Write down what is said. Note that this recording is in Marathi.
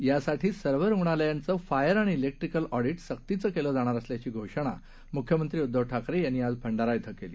यासाठी सर्व रुग्णालयांचं फायर आणि इलेक्ट्रीकल ऑडी सक्तीचे केलं जाणार असल्याची घोषणा मुख्यमंत्री उध्दव ठाकरे यांनी आज भंडारा इथं केली